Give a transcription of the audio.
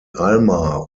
alma